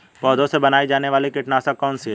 पौधों से बनाई जाने वाली कीटनाशक कौन सी है?